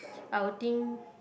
I would think